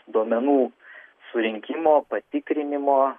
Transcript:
duomenų surinkimo patikrinimo